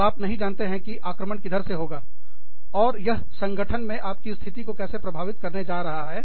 और आप नहीं जानते कि आक्रमण किधर से होगा और यह संगठन में आपकी स्थिति को कैसे प्रभावित करने जा रहा है